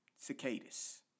Cicadas